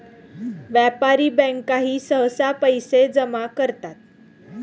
व्यापारी बँकाही सहसा पैसे जमा करतात